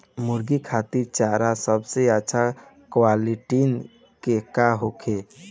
मुर्गी खातिर चारा सबसे अच्छा क्वालिटी के का होई?